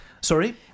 Sorry